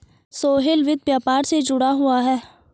सोहेल वित्त व्यापार से जुड़ा हुआ है